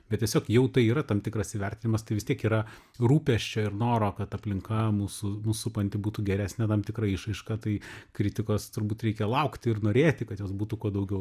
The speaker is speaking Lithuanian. bet tiesiog jau tai yra tam tikras įvertinimas tai vis tiek yra rūpesčio ir noro kad aplinka mūsų mus supanti būtų geresnė tam tikra išraiška tai kritikos turbūt reikia laukti ir norėti kad jos būtų kuo daugiau